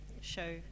show